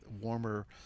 warmer